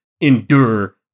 endure